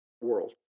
world